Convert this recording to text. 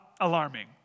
alarming